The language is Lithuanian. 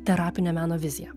terapinė meno vizija